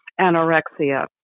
anorexia